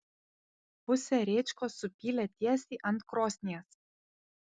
pusę rėčkos supylė tiesiai ant krosnies